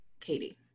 Katie